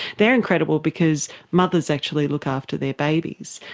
they are incredible because mothers actually look after their babies,